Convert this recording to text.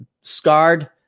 scarred